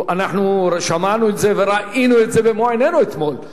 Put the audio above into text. אנחנו שמענו את זה וראינו את זה במו-עינינו אתמול,